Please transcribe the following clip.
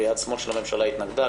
ויד שמאל של הממשלה התנגדה.